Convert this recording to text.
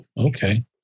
okay